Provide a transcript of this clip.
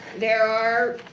there are.